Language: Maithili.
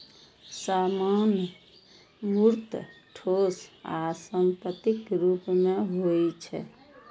सामान मूर्त, ठोस आ संपत्तिक रूप मे होइ छै